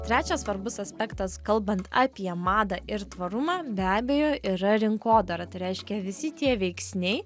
trečias svarbus aspektas kalbant apie madą ir tvarumą be abejo yra rinkodara tai reiškia visi tie veiksniai